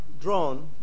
drawn